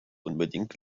unbedingt